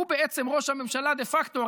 הוא בעצם ראש הממשלה דה פקטו.